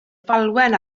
falwen